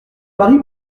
mari